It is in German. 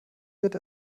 wird